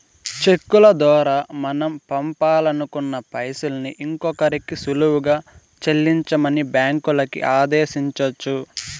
చెక్కుల దోరా మనం పంపాలనుకున్న పైసల్ని ఇంకోరికి సులువుగా సెల్లించమని బ్యాంకులని ఆదేశించొచ్చు